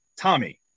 tommy